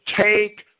take